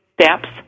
steps